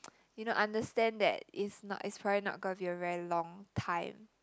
you know understand that it's not it's probably not gonna be a very long time